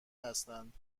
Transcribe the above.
هستند